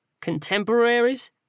Contemporaries